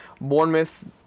Bournemouth